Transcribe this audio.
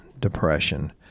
depression